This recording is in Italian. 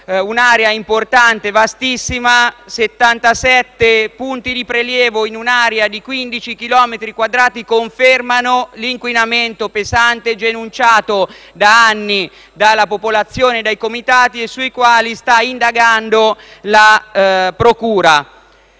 un'area importante e vastissima: 77 punti di prelievo in un'area di 15 chilometri quadrati confermano l'inquinamento pesante denunciato da anni dalla popolazione, dai comitati e sui quali sta indagando la procura.